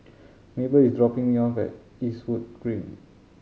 Maebell is dropping me off at Eastwood Green